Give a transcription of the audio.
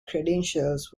credentials